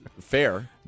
Fair